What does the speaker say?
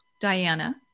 Diana